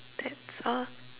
that's all